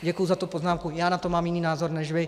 Děkuji za tu poznámku, já na to mám jiný názor než vy.